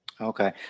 Okay